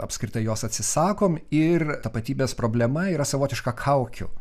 apskritai jos atsisakom ir tapatybės problema yra savotiška kaukių